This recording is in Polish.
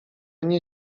nie